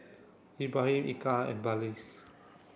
Ibrahim Eka and Balqis